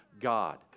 God